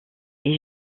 est